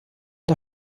der